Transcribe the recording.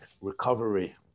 recovery